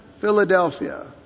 Philadelphia